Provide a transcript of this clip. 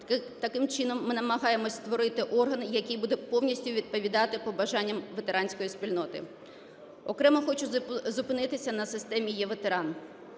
Таким чином, ми намагаємося створити орган, який буде повністю відповідати побажанням ветеранської спільноти. Окремо хочу зупинитися на системі "Е-ветеран".